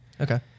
Okay